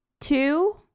Two